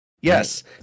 Yes